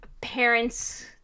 parents